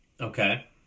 Okay